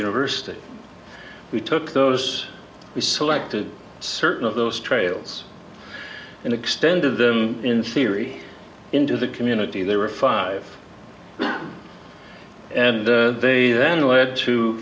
university we took those we selected certain of those trails and extended them in theory into the community they were five and then lead to